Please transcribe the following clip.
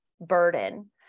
burden